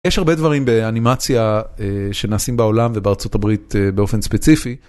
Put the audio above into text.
יש הרבה דברים באנימציה שנעשים בעולם ובארה״ב באופן ספציפי.